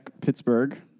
Pittsburgh